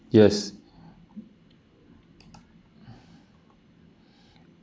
yes